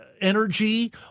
energy